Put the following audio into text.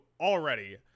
already